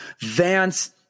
Vance